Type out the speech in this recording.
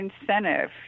incentive